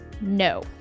no